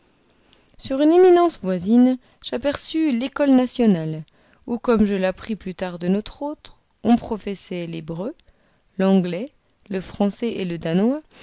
sur une éminence voisine j'aperçus l'école nationale où comme je l'appris plus tard de notre hôte on professait l'hébreu l'anglais le français et le danois